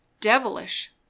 Devilish